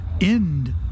end